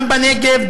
גם בנגב,